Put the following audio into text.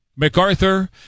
MacArthur